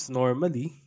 normally